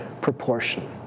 proportion